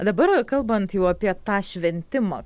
dabar kalbant jau apie tą šventimą